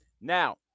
Now